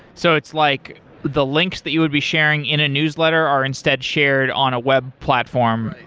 so it's like the links that you would be sharing in a newsletter are instead shared on a web platform?